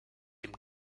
dem